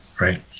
right